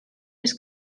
les